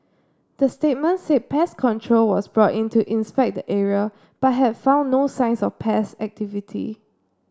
the statement said pest control was brought in to inspect the area but had found no signs of pest activity